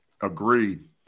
Agreed